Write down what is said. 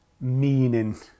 meaning